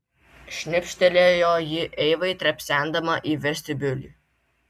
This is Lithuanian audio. šnipštelėjo ji eivai trepsendama į vestibiulį